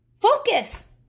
Focus